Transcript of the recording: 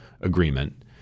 agreement